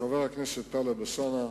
חבר הכנסת טלב אלסאנע,